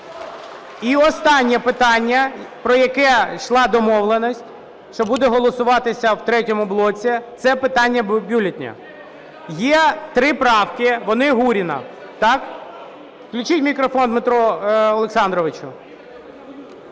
І останнє питання, про яке йшла домовленість, що буде голосуватися у третьому блоці, це питання бюлетеня. Є три правки, вони Гуріна. Так? Включіть мікрофон Дмитру Олександровичу.